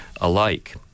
alike